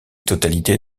totalité